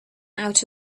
out